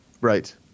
Right